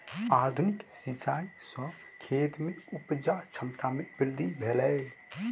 आधुनिक सिचाई सॅ खेत में उपजा क्षमता में वृद्धि भेलै